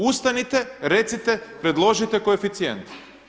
Ustanite, recite, predložite koeficijent.